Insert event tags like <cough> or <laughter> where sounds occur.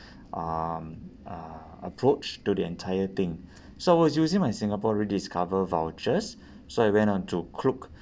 um uh approach to the entire thing <breath> so I was using my singapore rediscover vouchers so I went on to Klook